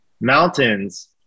Mountains